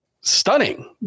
stunning